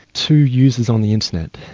to users on the internet.